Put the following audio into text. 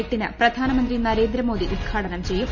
എട്ടിന് പ്രധാനമന്ത്രി നരേന്ദ്രമോദ്രി ്ഉദ്ഘാടനം ചെയ്യും